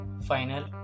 Final